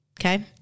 Okay